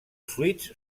suites